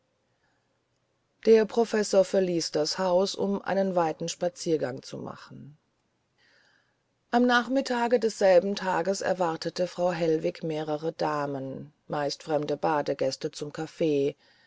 der professor verließ das haus um einen weiten spaziergang zu machen am nachmittage desselben tages erwartete frau hellwig mehrere damen meist fremde badegäste zum